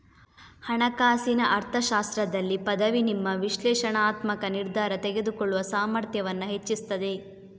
ಹಣಕಾಸಿನ ಅರ್ಥಶಾಸ್ತ್ರದಲ್ಲಿ ಪದವಿ ನಿಮ್ಮ ವಿಶ್ಲೇಷಣಾತ್ಮಕ ನಿರ್ಧಾರ ತೆಗೆದುಕೊಳ್ಳುವ ಸಾಮರ್ಥ್ಯವನ್ನ ಹೆಚ್ಚಿಸ್ತದೆ